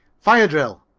fire drill!